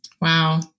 Wow